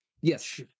yes